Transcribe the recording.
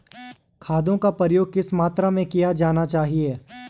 खादों का प्रयोग किस मात्रा में किया जाना चाहिए?